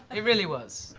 it really was.